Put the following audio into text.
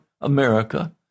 America